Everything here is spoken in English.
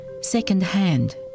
second-hand